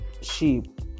sheep